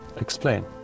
Explain